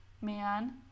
man